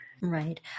Right